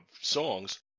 songs